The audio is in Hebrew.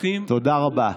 תודה רבה.